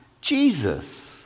Jesus